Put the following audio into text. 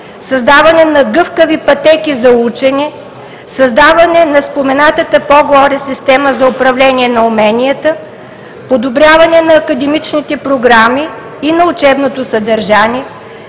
създаване на гъвкави пътеки за учене, създаване на споменатата по горе система за управление на уменията, подобряване на академичните програми и на учебното съдържание,